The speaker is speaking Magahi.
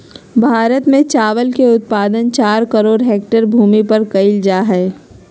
भारत में चावल के उत्पादन चार करोड़ हेक्टेयर भूमि पर कइल जा हइ